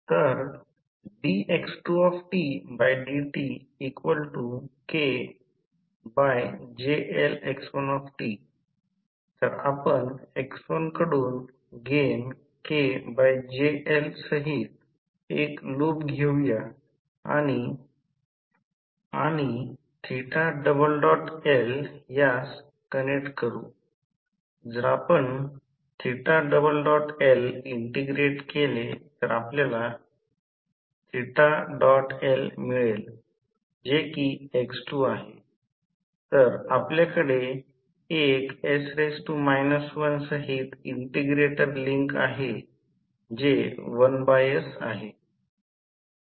तर dx2dtKJLx1t तर आपण x1 कडून गेन KJL सहित एक लूप घेऊया आणि Lयास आता कनेक्ट करू जर आपण L इंटिग्रेट केले तर आपल्याला L मिळेल जेकि x2 आहे तर आपल्याकडे एक s 1 सहित इंटिग्रेटर लिंक आहे जे 1s आहे